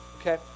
Okay